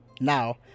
now